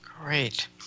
great